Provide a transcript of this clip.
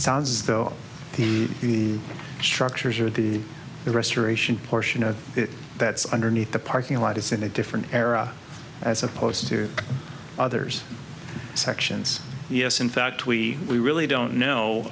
sounds as though the structures or the restoration portion of it that's underneath the parking lot is in a different era as opposed to others sections yes in fact we we really don't know